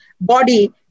body